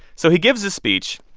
so he gives his speech,